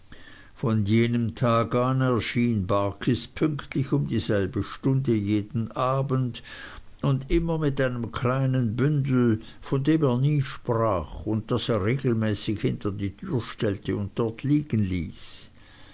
von jenem tag an erschien barkis pünktlich um dieselbe stunde jeden abend und immer mit einem kleinen bündel von dem er nie sprach und das er regelmäßig hinter die tür stellte und dort liegen ließ